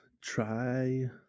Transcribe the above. try